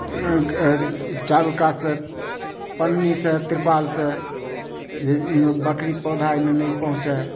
चारू कातसँ पन्नीसँ तिरपालसँ बकरी पौधा अइमे नहि पहुँचय